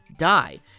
die